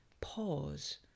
pause